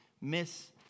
miss